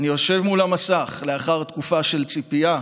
אני יושב מול המסך, לאחר תקופה של ציפייה,